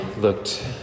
looked